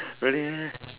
really meh